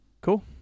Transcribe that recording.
Cool